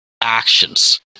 actions